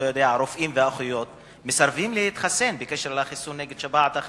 הרופאים והאחיות מסרבים להתחסן נגד שפעת החזירים.